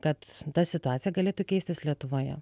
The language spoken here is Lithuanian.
kad ta situacija galėtų keistis lietuvoje